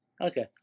Okay